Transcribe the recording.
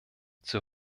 zur